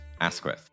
Asquith